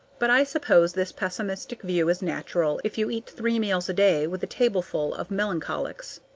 but i suppose this pessimistic view is natural if you eat three meals a day with a tableful of melancholics.